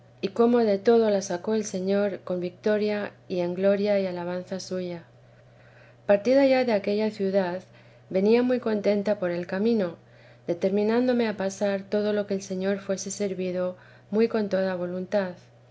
y cómo de todo la sacó el señor con victoria y en gloria y alabanza suya partida ya de aquella ciudad venía muy contenta por el camino determinándome a pasar todo lo que el señor fuese servido muy con toda voluntad